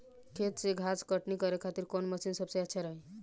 खेत से घास कटनी करे खातिर कौन मशीन सबसे अच्छा रही?